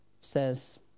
says